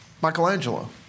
Michelangelo